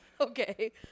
Okay